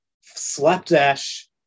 slapdash